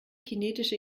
kinetische